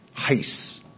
heis